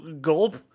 gulp